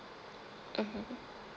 mmhmm